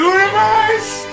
Universe